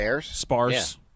sparse